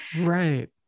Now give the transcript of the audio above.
Right